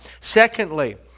Secondly